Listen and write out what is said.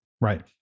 Right